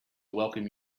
welcome